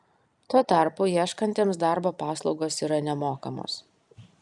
tuo tarpu ieškantiems darbo paslaugos yra nemokamos